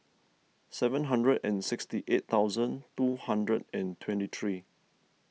seven hundred and sixty eight thousand two hundred and twenty three